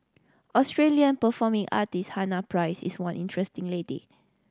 Australian performing artist Hannah Price is one interesting lady